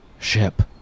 Ship